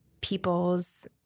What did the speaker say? people's